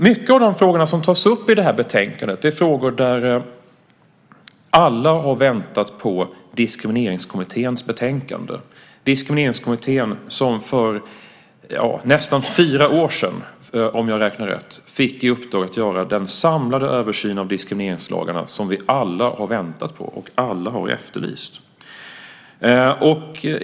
Många av de frågor som tas upp i det här betänkandet gäller frågor där alla har väntat på Diskrimineringskommitténs betänkande. Diskrimineringskommittén fick för nästan fyra år sedan, om jag räknar rätt, i uppdrag att göra den samlade översyn av diskrimineringslagarna som vi alla har väntat på och alla har efterlyst.